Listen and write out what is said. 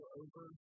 over